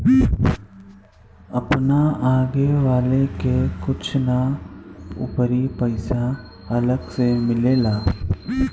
आपन लागे आवे के कुछु ना अउरी पइसा अलग से मिलेला